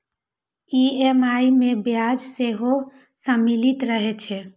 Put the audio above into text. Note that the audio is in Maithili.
ई.एम.आई मे ब्याज सेहो सम्मिलित रहै छै